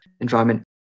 environment